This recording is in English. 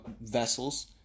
vessels